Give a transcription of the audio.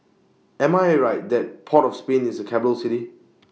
Am I Right that Port of Spain IS A Capital City